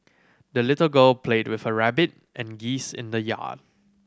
the little girl played with her rabbit and geese in the yard